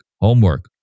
homework